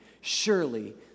Surely